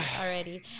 already